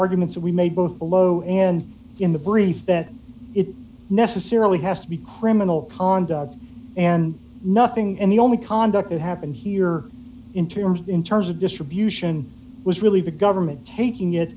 arguments that we made both below and in the brief that it necessarily has to be criminal on and nothing and the only conduct that happened here in terms in terms of distribution was really the government taking it